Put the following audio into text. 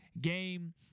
game